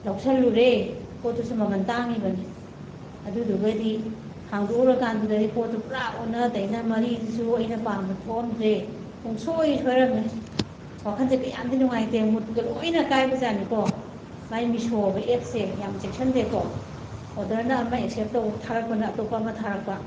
ꯂꯧꯁꯜꯂꯨꯔꯦ ꯄꯣꯠꯇꯨꯁꯨ ꯃꯃꯟ ꯇꯥꯡꯉꯤꯕꯅꯦ ꯑꯗꯨꯗꯨꯒꯗꯤ ꯍꯥꯡꯗꯣꯛꯎꯔꯀꯥꯟꯗꯨꯗꯤ ꯄꯣꯠꯇꯨ ꯄꯨꯔꯥ ꯑꯣꯟꯅ ꯇꯩꯅ ꯃꯔꯤꯗꯨꯁꯨ ꯑꯩꯅ ꯄꯥꯝꯕꯗꯨ ꯊꯣꯛꯑꯝꯗ꯭ꯔꯦ ꯄꯨꯡꯁꯣꯏ ꯁꯣꯏꯔꯝꯃꯦ ꯋꯥꯈꯟꯁꯦ ꯀꯌꯥꯝꯗꯤ ꯅꯨꯡꯉꯥꯏꯇꯦ ꯃꯨꯠꯀ ꯂꯣꯏꯅ ꯀꯥꯏꯕꯖꯥꯠꯅꯤꯀꯣ ꯃꯥꯏ ꯃꯤꯁꯣ ꯍꯥꯏꯕ ꯑꯦꯞꯁꯦ ꯌꯥꯝꯅ ꯆꯦꯛꯁꯤꯟꯗꯦꯀꯣ ꯑꯣꯗꯔꯅ ꯑꯃ ꯑꯦꯛꯁꯦꯞ ꯇꯧ ꯊꯥꯔꯛꯄꯅ ꯑꯇꯣꯞꯄ ꯑꯃ ꯊꯥꯔꯛꯄ